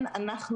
את האמת,